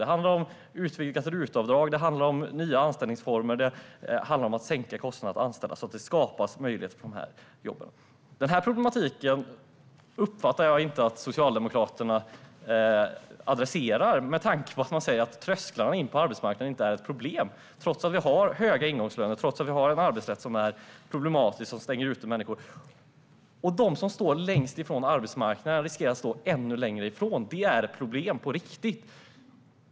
Det handlar om utvidgat RUT-avdrag, nya anställningsformer och att sänka kostnaderna för att anställa så att det skapas möjligheter för dessa jobb. Denna problematik uppfattar jag inte att Socialdemokraterna adresserar med tanke på att de säger att trösklarna in på arbetsmarknaden inte är ett problem - trots att vi har höga ingångslöner och trots att vi har en arbetsrätt som är problematisk och som stänger ute människor. De som står längst från arbetsmarknaden riskerar att hamna ännu längre från den, och det är ett problem på riktigt.